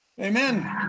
Amen